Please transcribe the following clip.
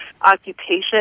occupation